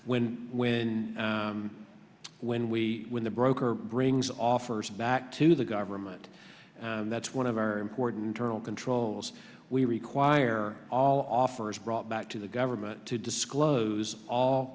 when when when we when the broker brings offers back to the government that's one of our important journal controls we require all offers brought back to government to disclose all